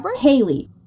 Haley